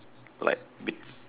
like